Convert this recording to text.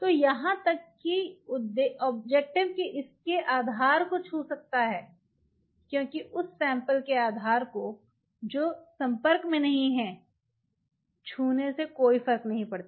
तो यहां तक कि उद्देश्य इसके आधार को छू सकता है क्योंकि उस सैंपल के आधार को जो संपर्क में नहीं है छूने से कोई फर्क नहीं पड़ता